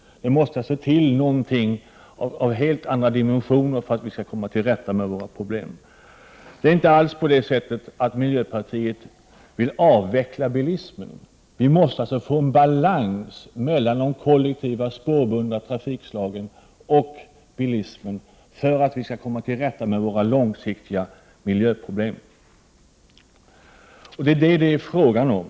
Det måste alltså till något som är av helt andra dimensioner för att vi skall kunna komma till rätta med våra problem. Vi i miljöpartiet vill inte alls avveckla bilismen. Men vi måste se till att det blir balans mellan de kollektiva spårbundna trafikslagen och bilismen för att vi skall kunna komma till rätta med våra miljöproblem på lång sikt. Det är vad det handlar om.